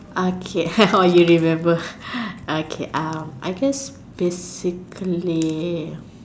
okay !wah! you remember okay um I guess basically